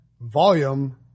volume